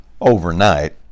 overnight